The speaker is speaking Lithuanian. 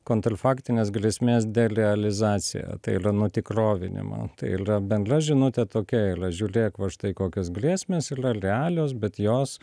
kontrfaktinės grėsmės derealizaciją tai ylia nutikrovinimą tai ylia bendra žinutė tokia ylia žiūlėk va štai kokios grėsmės ylia lealios bet jos